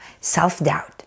self-doubt